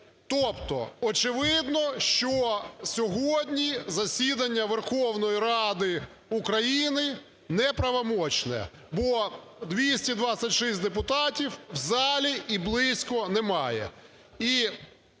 Тобто очевидно, що сьогодні засідання Верховної Ради України неправомочне, бо 226 депутатів в залі і близько немає.